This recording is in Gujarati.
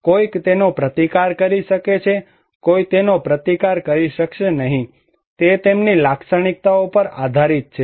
કોઈક તેનો પ્રતિકાર કરી શકે છે કોઈ તેનો પ્રતિકાર કરી શકશે નહીં તે તેમની લાક્ષણિકતાઓ પર પણ આધારિત છે